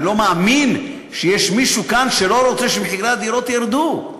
אני לא מאמין שיש מישהו כאן שלא רוצה שמחירי הדירות ירדו.